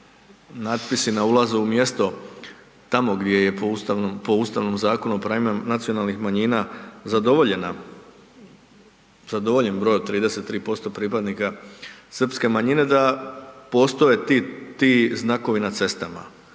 natpisi na ulazu u mjesto tamo gdje je po Ustavnom Zakonu o pravima nacionalnih manjina zadovoljena, zadovoljen broj od 33% pripadnika srpske manjine da postoje ti, ti znakovi na cestama.